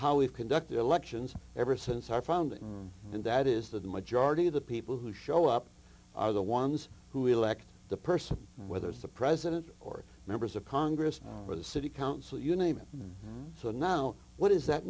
how we've conducted elections ever since our founding and that is that the majority of the people who show up are the ones who elect the person whether it's the president or members of congress or the city council you name it so now what is that